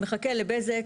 מחכה לבזק.